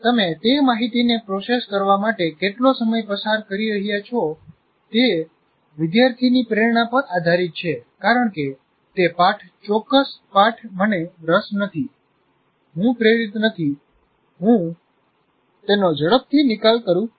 તમે તે માહિતીને પ્રોસેસ કરવા માટે કેટલો સમય પસાર કરી રહ્યા છો તે વિદ્યાર્થીની પ્રેરણા પર આધારિત છે કારણ કે તે પાઠ ચોક્કસ પાઠ મને રસ નથી હું પ્રેરિત નથી હું તેનો ઝડપથી નિકાલ કરું છું